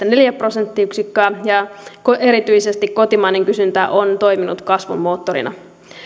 neljä prosenttiyksikköä ja erityisesti kotimainen kysyntä on toiminut kasvun moottorina